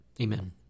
amen